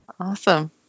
awesome